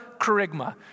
charisma